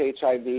HIV